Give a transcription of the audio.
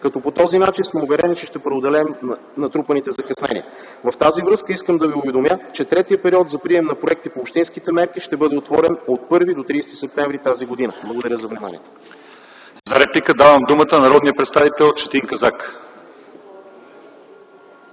като по този начин сме уверени, че ще преодолеем натрупаните закъснения. В тази връзка искам да ви уведомя, че третият период за прием на проекти по общинските мерки ще бъде отворен от 1 до 30 септември т.г. Благодаря за вниманието. ПРЕДСЕДАТЕЛ ЛЪЧЕЗАР ИВАНОВ: За реплика давам думата на народния представител Четин Казак.